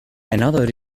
another